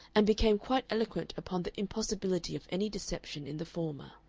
and became quite eloquent upon the impossibility of any deception in the former.